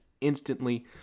instantly